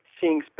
seeing